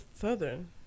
Southern